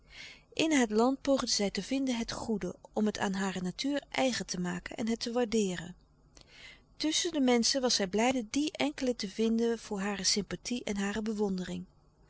in het land poogde zij te vinden het goede om het aan hare natuur eigen te maken en het te waardeeren tusschen de menschen was zij blijde die enkelen te vinden voor hare sympathie en hare bewondering